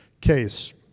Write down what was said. case